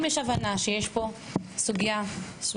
אם ההבנה היא שיש פה סוגייה מובחנת,